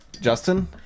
Justin